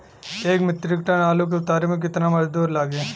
एक metric ton आलू के उतारे मे कितना मजदूर लागि?